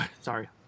sorry